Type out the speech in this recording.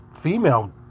female